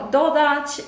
dodać